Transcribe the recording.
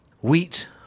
Wheat